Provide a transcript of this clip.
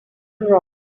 wrong